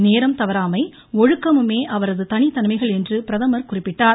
நேரம் தவறாமையும் ஒழுக்கமுமே அவரது தனித்தன்மைகள் என்றும் பிரதமர் குறிப்பிட்டார்